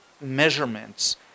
measurements